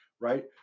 right